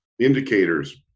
indicators